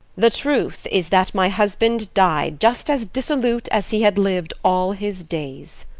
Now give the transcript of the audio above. the truth is that my husband died just as dissolute as he had lived all his days.